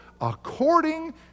according